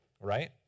right